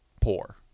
poor